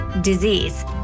disease